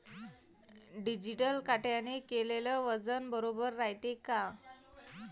Digital काट्याने केलेल वजन बरोबर रायते का?